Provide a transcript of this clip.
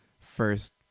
first